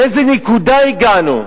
לאיזו נקודה הגענו?